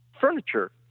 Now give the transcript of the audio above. furniture